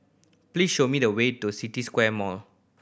please show me the way to City Square Mall